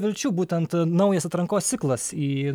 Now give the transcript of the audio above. vilčių būtent naujas atrankos ciklas į